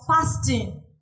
fasting